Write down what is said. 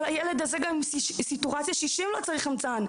אבל הילד הזה גם עם סטורציה 60 לא צריך חמצן.